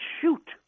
shoot